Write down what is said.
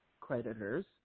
creditors